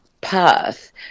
perth